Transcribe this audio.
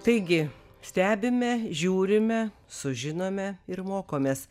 taigi stebime žiūrime sužinome ir mokomės